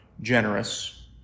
generous